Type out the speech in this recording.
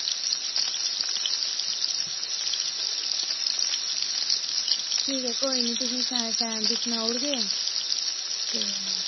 ठीक ऐ कोई निं तुसें ई टैम दे सनाई ओड़गे ते